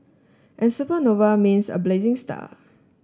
and supernova means a blazing star